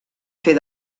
fer